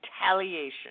retaliation